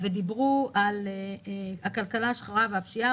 ודיברו על הכלכלה השחורה והפשיעה,